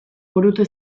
burutu